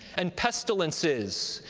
and pestilences,